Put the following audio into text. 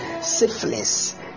syphilis